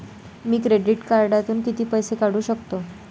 मी credit कार्डातून किती पैसे काढू शकतो?